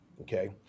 okay